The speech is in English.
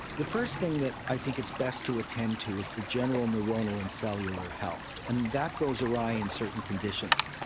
the first thing that i think it's best to attend to is the general neuronal and cellular health, and that goes awry in certain conditions.